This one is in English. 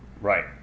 Right